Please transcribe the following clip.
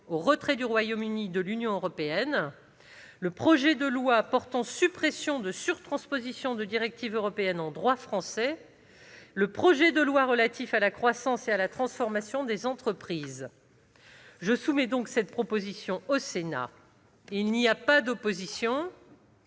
au retrait du Royaume-Uni de l'Union européenne, le projet de loi portant suppression de surtranspositions des directives européennes en droit français et le projet de loi relatif à la croissance et à la transformation des entreprises, sous réserve de sa transmission. Je soumets donc cette proposition au Sénat. Il n'y a pas d'opposition